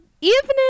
evening